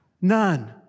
none